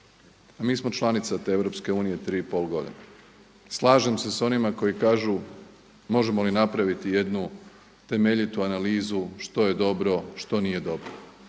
Europske unije tri i pol godine. Slažem se s onima koji kažu možemo li napraviti jednu temeljitu analizu što je dobro, što nije dobro,